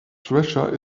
treasure